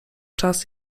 czas